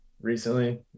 recently